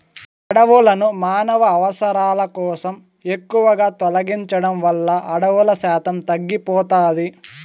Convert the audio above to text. అడవులను మానవ అవసరాల కోసం ఎక్కువగా తొలగించడం వల్ల అడవుల శాతం తగ్గిపోతాది